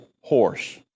horse